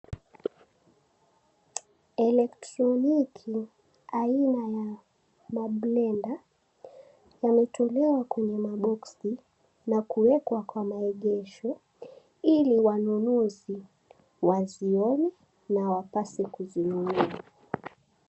Elektroniki aina ya ma blender yametolewa kwenye mabosi na kuwekwa kwa maegesho ili wanunuzi wazione na wapaswe kuzinunua.